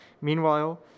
Meanwhile